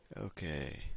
Okay